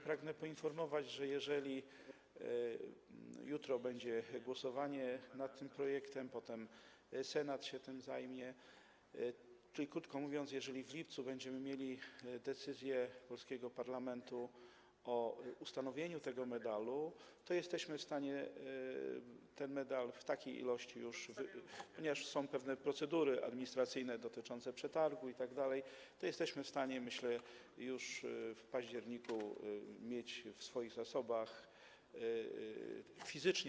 Pragnę poinformować, że jeżeli jutro będzie głosowanie nad tym projektem, potem Senat się tym zajmie, czyli krótko mówiąc, jeżeli w lipcu będziemy mieli decyzję polskiego parlamentu o ustanowieniu tego medalu, to jesteśmy w stanie ten medal w takiej ilości, ponieważ są pewne procedury administracyjne dotyczące przetargu itd., jak myślę, już w październiku mieć w swoich zasobach fizycznie.